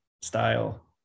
style